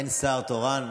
אין שר תורן.